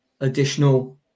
additional